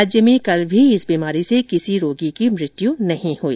राज्य में कल इस बीमारी से किसी भी रोगी की मृत्यु नहीं हुई